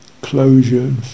closure